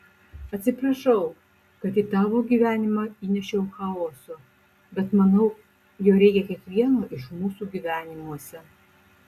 atsiprašau kad į tavo gyvenimą įnešiau chaoso bet manau jo reikia kiekvieno iš mūsų gyvenimuose